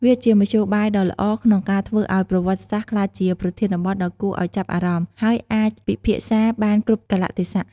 វាជាមធ្យោបាយដ៏ល្អក្នុងការធ្វើឲ្យប្រវត្តិសាស្ត្រក្លាយជាប្រធានបទដ៏គួរឲ្យចាប់អារម្មណ៍ ហើយអាចពិភាក្សាបានគ្រប់កាលៈទេសៈ។